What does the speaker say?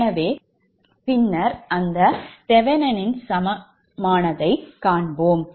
எனவே பின்னர் அந்த தெவெனின் சமமானதைக் காண்போம்